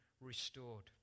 restored